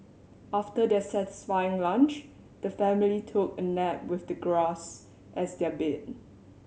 after their satisfying lunch the family took a nap with the grass as their bed